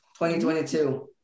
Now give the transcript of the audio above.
2022